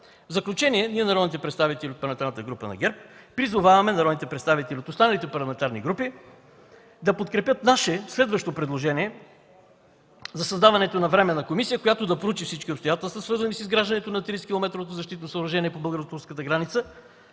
В заключение, ние народните представители от Парламентарната група на ГЕРБ, призоваваме народните представители и от останалите парламентарни групи да подкрепят наше следващо предложение за създаването на Временна комисия, която да проучи всички обстоятелства, свързани с изграждането на 30-километровото защитно съоръжение по българо-турската граница,